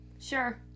sure